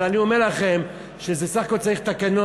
אבל אני אומר לכם שבסך הכול צריך תקנות,